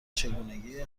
چگونگی